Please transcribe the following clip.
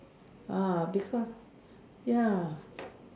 ah because ya